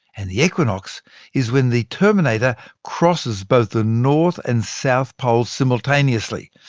and the equinox is when the terminator crosses both the north and south poles simultaneously.